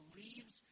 leaves